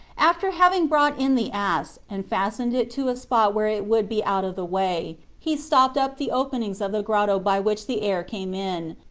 after having brought in the ass and fastened it to a spot where it would be out of the way, he stopped up the openings of the grotto by which the air came in,